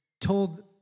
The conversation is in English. told